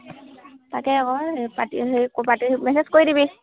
তাতে আকৌ পাতি সেই ক'বাত মেছেজ কৰি দিবি